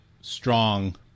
strong